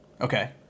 Okay